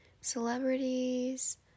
celebrities